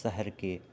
शहरके